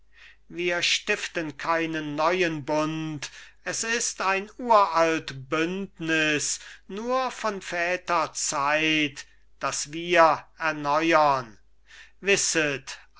wir stiften keinen neuen bund es ist ein uralt bündnis nur von väterzeit das wir erneuern wisset